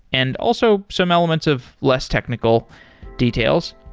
and also some elements of less technical details.